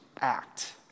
act